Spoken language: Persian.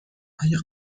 آیا